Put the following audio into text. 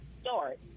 start